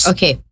Okay